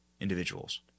individuals